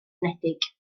unedig